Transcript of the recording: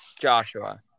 Joshua